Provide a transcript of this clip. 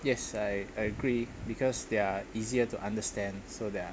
yes I I agree because they're easier to understand so they're